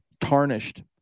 tarnished